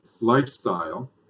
lifestyle